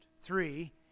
Three